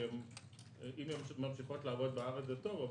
כי אם הן ממשיכות לעבוד בארץ זה טוב,